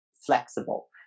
flexible